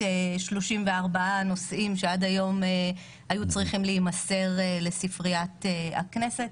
34 נושאים שעד היום היו צריכים להימסר לספריית הכנסת.